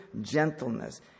gentleness